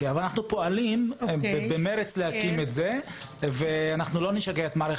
אנחנו פועלים במרץ להקים את זה ולא נשגע את מערכת